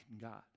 God